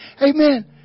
Amen